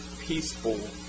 peaceful